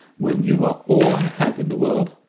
when you are all i have in the world!